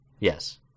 Yes